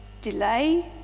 delay